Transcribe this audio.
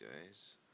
guys